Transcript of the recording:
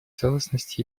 целостность